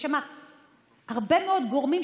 יש שם הרבה מאוד גורמים,